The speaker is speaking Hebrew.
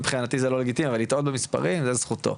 מבחינתי זה לא לגיטימי אבל לטעות במספרים זאת זכותו,